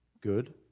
good